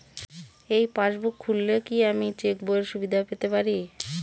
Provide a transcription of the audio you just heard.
এই পাসবুক খুললে কি আমি চেকবইয়ের সুবিধা পেতে পারি?